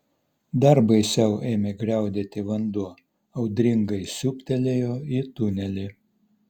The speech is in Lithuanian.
dar baisiau ėmė griaudėti vanduo audringai siūbtelėjo į tunelį